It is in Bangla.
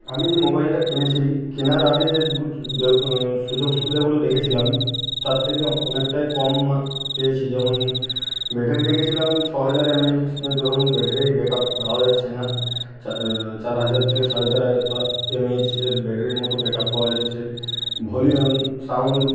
আমি যে মোবাইলটা কিনেছি কেনার আগে যে সুযোগ সুবিধাগুলো দেখেছিলাম তার থেকে অনেকটাই কম পেয়েছি যেমন ব্যাটারি দেখেছিলাম ছ হাজার এমএএইচ কিন্তু এখন ব্যাটারি ব্যাক আপ পাওয়া যাচ্ছে না চার চার হাজার থেকে সাড়ে চার হাজার এমএএইচের ব্যাটারির মতো ব্যাক আপ পাওয়া যাচ্ছে ভলিউম সাউন্ড